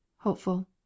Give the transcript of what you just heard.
Hopeful